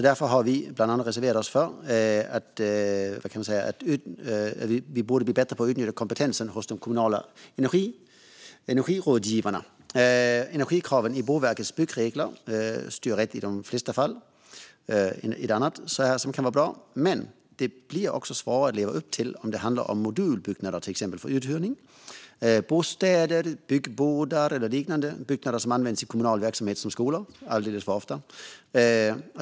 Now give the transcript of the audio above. Därför har vi bland annat reserverat oss för att vi borde bli bättre på att utnyttja kompetensen hos de kommunala energirådgivarna. Energikraven i Boverkets byggregler styr rätt i de flesta fall och har annat som kan vara bra. Men de blir svåra att leva upp till om det handlar om till exempel modulbyggnader för uthyrning. Det är bostäder, byggbodar eller liknande byggnader som används i kommunal verksamhet som skolor, och det alldeles för ofta.